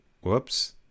Whoops